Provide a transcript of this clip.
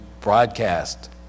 broadcast